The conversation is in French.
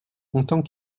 content